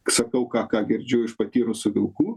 sakau ką ką girdžiu iš patyrusių vilkų